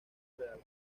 real